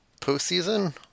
postseason